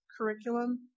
curriculum